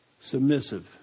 submissive